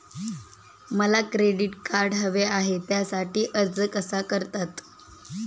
मला credit card हवे आहे त्यासाठी अर्ज कसा करतात?